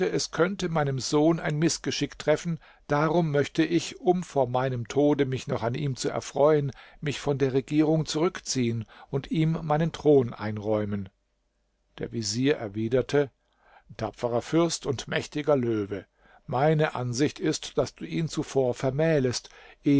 es könnte meinen sohn ein mißgeschick treffen darum möchte ich um vor meinem tode mich noch an ihm zu erfreuen mich von der regierung zurückziehen und ihm meinen thron einräumen der vezier erwiderte tapferer fürst und mächtiger löwe meine ansicht ist daß du ihn zuvor vermählest